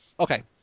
Okay